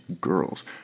girls